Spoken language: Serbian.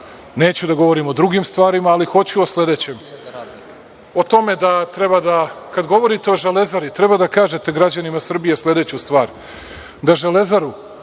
da govorim o drugim stvarima, ali hoću o sledećem. O tome da treba da, kad govorite o „Železari“, treba da kažete građanima Srbije sledeću stvar da „Železaru“,